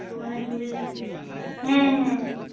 ᱢᱟᱱᱮ ᱥᱚᱨᱤᱨ ᱦᱮᱸ ᱦᱮᱸ